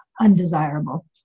undesirable